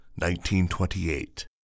1928